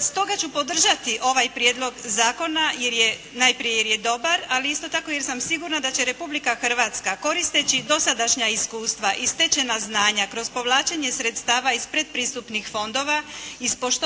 Stoga ću podržati ovaj prijedlog zakona najprije jer je dobar, ali isto tako jer sam sigurna da će Republika Hrvatska koristeći dosadašnja iskustva i stečena znanja kroz povlačenje sredstava iz pretpristupnih fondova ispoštovati